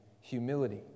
humility